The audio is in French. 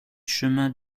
chemin